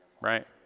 Right